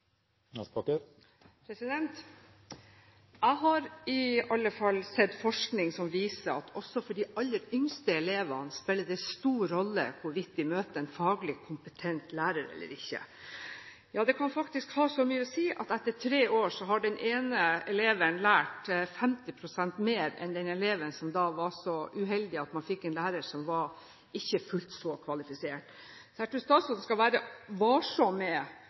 Jeg har i alle fall sett forskning som viser at også for de aller yngste elevene spiller det en stor rolle hvorvidt de møter en faglig kompetent lærer eller ikke. Ja, det kan faktisk ha så mye å si at etter tre år har den ene eleven lært 50 pst. mer enn den eleven som var så uheldig å få en lærer som ikke var fullt så kvalifisert. Så jeg tror statsråden skal være varsom med